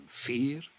fear